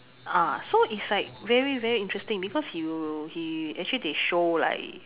ah so it's like very very interesting because you he actually they show like